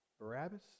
Barabbas